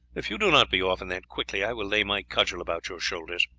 if you do not be off, and that quickly, i will lay my cudgel about your shoulders.